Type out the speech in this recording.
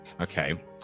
Okay